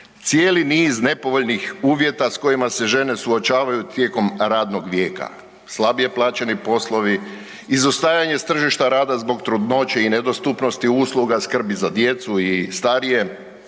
Cijeli niz nepovoljnih uvjeta s kojima se žene suočavaju tijekom radnog vijeka, slabije plaćeni poslovi, izostajanje s tržišta rada zbog trudnoće i nedostupnosti usluga, skrbi za djecu i starije,